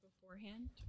beforehand